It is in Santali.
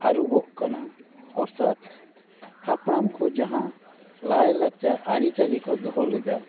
ᱟᱨᱩᱵᱚᱜ ᱠᱟᱱᱟ ᱚᱨᱛᱷᱟᱛᱷ ᱦᱟᱯᱲᱟᱢ ᱠᱚ ᱡᱟᱦᱟᱸ ᱞᱟᱭ ᱞᱟᱠᱪᱟᱨ ᱟᱹᱨᱤ ᱪᱟᱹᱞᱤ ᱠᱚ ᱫᱚᱦᱚ ᱞᱮᱫᱟ